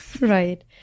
right